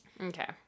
Okay